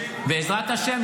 יהיה, בעזרת השם.